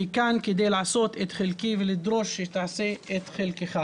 אני כאן כדי לעשות את חלקי ולדרוש שתעשה את חלקך.